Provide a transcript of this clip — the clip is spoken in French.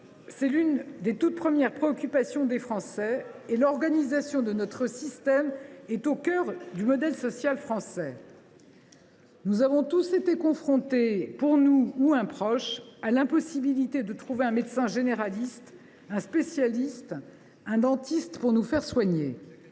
est l’une des toutes premières préoccupations des Français. L’organisation de notre système de santé est au cœur du modèle social français. « Nous avons tous été confrontés, pour nous ou un proche, à l’impossibilité de trouver un médecin généraliste, un spécialiste, un dentiste pour nous faire soigner.